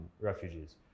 refugees